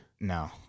No